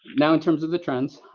now in terms of the trends,